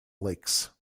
lakes